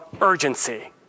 urgency